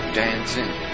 dancing